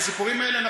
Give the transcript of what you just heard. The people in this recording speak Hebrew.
את הסיפורים האלה,